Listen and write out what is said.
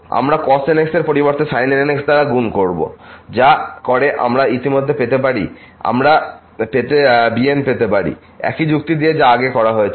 আমরা cos nx এর পরিবর্তে sin nx দ্বারা গুণ করব যা করে আমরা তা পেতে পারি আমরা পেতে bn পারি একই যুক্তি দিয়ে যা আগে করা হয়েছিল